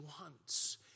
wants